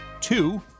two